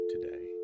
today